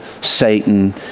Satan